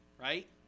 right